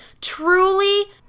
truly